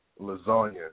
lasagna